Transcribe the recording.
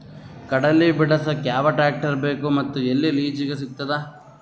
ಕಡಲಿ ಬಿಡಸಕ್ ಯಾವ ಟ್ರ್ಯಾಕ್ಟರ್ ಬೇಕು ಮತ್ತು ಎಲ್ಲಿ ಲಿಜೀಗ ಸಿಗತದ?